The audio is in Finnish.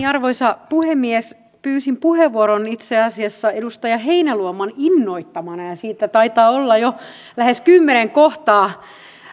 arvoisa puhemies pyysin puheenvuoron itse asiassa edustaja heinäluoman innoittamana ja siitä taitaa olla jo lähes kymmenen kohtaa